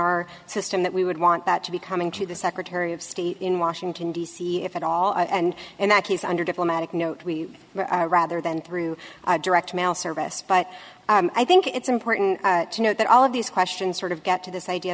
our system that we would want that to be coming to the secretary of state in washington d c if at all and in that case under diplomatic note we rather than through direct mail service but i think it's important to note that all of these questions sort of get to this idea